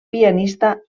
pianista